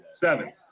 seven